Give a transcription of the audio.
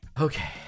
Okay